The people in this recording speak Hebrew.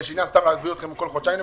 יש ענין להביא אתכם כל חודשיים לפה?